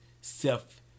self